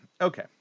okay